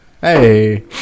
Hey